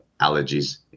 allergies